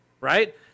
right